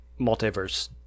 multiverse